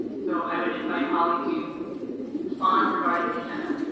so i would invite ollie to respond regarding the agenda.